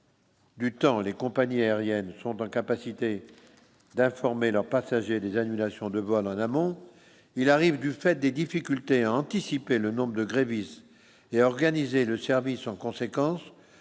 Du temps, les compagnies aériennes sont d'incapacité d'informer leurs passagers des annulations de vols en amont il arrive du fait des difficultés anticiper le nombre de grévistes et organisé le service en conséquence